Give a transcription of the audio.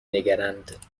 نگرند